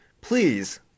please